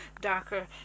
darker